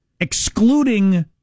excluding